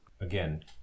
again